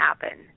happen